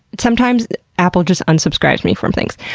sometimes apple just unsubscribes me from things.